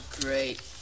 great